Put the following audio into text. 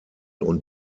und